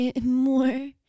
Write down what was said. more